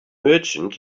merchant